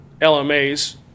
LMAs